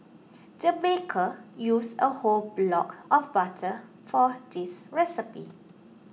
the baker used a whole block of butter for this recipe